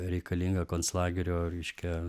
reikalingą konclagerio reiškia